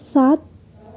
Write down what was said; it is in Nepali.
सात